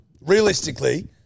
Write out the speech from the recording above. Realistically